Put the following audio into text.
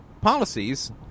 policies